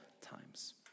times